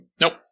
Nope